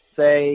say